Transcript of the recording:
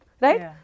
right